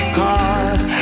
cause